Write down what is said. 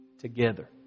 together